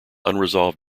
unresolved